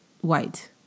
white